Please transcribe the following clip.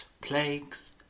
plagues